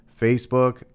Facebook